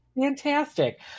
Fantastic